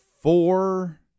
Four